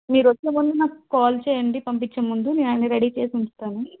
మీరు వచ్చే ముందు నాకు కాల్ చేయండి పంపించే ముందు మేము అన్ని రెడీ చేసి ఉంచుతాము